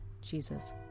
Jesus